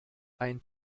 ein